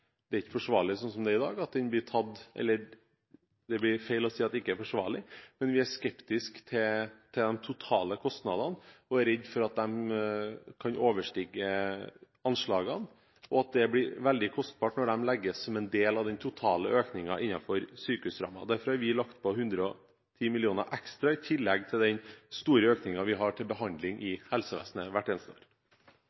dag. Det blir feil å si at det ikke er forsvarlig, men vi er skeptisk til de totale kostnadene og er redd for at de kan overstige anslagene, og at det blir veldig kostbart når de legges som en del av den totale økningen innenfor sykehusrammen. Derfor har vi lagt på 110 mill. kr ekstra, i tillegg til den store økningen vi har til behandling i